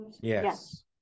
yes